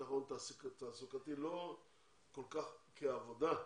ביטחון תעסוקתי, לא כל כך כעבודה,